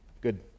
good